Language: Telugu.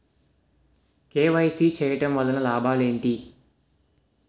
కే.వై.సీ చేయటం వలన లాభాలు ఏమిటి?